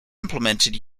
implemented